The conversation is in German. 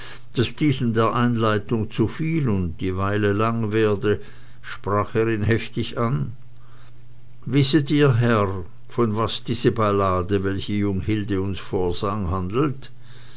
daß diesem der einleitung zu viel und die weile lang werde sprach er ihn heftig an wisset ihr herr von was diese ballade welche jung hilde uns vorsang handelt